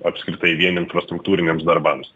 apskritai vien infrastruktūriniams darbams